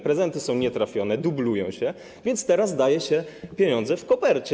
Prezenty są nietrafione, dublują się, więc teraz daje się pieniądze w kopercie.